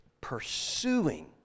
pursuing